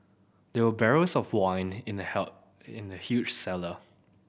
there were barrels of wine in the in the huge cellar